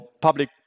public